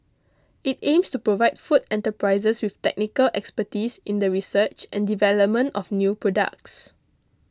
it aims to provide food enterprises with technical expertise in the research and development of new products